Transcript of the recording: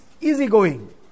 easygoing